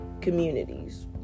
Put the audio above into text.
communities